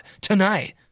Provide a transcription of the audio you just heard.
tonight